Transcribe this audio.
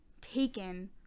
taken